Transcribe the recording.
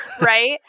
right